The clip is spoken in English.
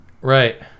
Right